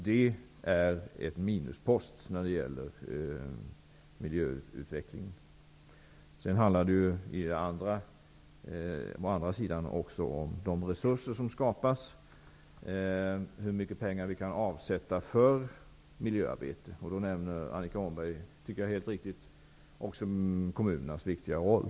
Det är en minuspost när det gäller miljöutvecklingen. Det handlar å andra sidan om de resurser som skapas, hur mycket pengar vi kan avsätta för miljöarbete. Annika Åhnberg nämner, helt riktigt, kommunernas viktiga roll.